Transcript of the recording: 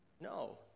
No